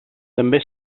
també